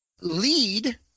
lead